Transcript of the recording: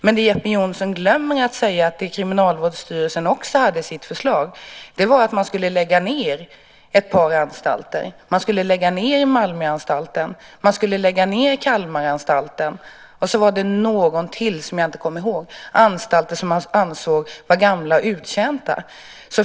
Men det som Jeppe Johnsson glömmer att säga är det som Kriminalvårdsstyrelsen också hade i sitt förslag, att man skulle lägga ned ett par anstalter - Malmöanstalten, Kalmaranstalten och en till som jag inte kommer ihåg, eftersom man ansåg att de var gamla och uttjänta.